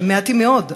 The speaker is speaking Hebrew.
והם מעטים מאוד,